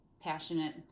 passionate